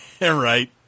Right